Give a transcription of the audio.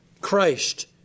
Christ